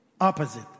opposite